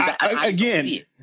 Again